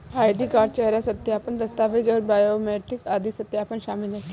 ID card, चेहरा सत्यापन, दस्तावेज़ और बायोमेट्रिक आदि सत्यापन शामिल हैं